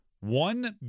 one